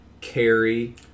carry